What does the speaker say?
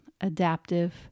adaptive